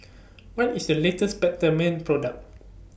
What IS The latest Peptamen Product